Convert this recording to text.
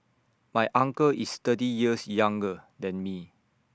my uncle is thirty years younger than me